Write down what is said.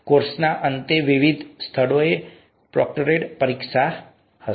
કોર્સના અંતે વિવિધ સ્થળોએ પ્રોક્ટોરેડ પરીક્ષા હશે